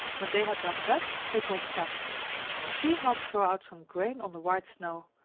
when they had done that, they called kat and she helped throw out some grain on the white snow,